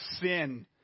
sin